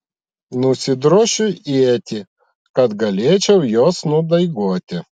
nusidrošiu ietį kad galėčiau juos nudaigoti